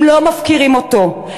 הם לא מפקירים אותו,